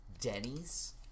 Denny's